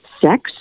sex